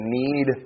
need